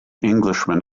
englishman